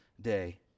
day